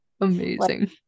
amazing